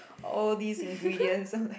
all this ingredient some like